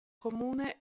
comune